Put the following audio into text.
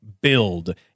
build